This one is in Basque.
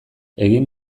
egin